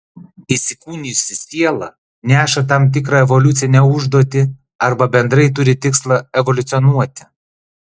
įsikūnijusi siela neša tam tikrą evoliucinę užduotį arba bendrai turi tikslą evoliucionuoti